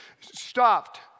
Stopped